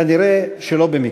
כנראה לא במקרה.